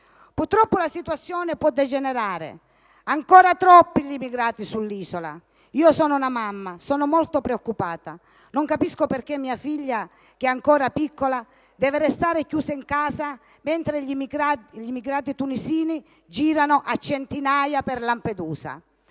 Purtroppo la situazione può degenerare. Sono ancora troppi gli immigrati sull'isola. Io sono una mamma, e sono molto preoccupata. Non capisco perché mia figlia, ancora piccola, debba restare chiusa in casa, mentre gli immigrati tunisini girano a centinaia per Lampedusa.